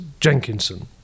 Jenkinson